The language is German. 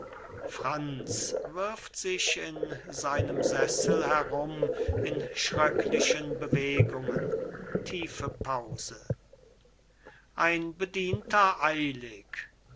franz wirft sich in seinem sessel herum in schröcklichen bewegungen tiefe pause ein bedienter eilig